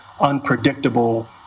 unpredictable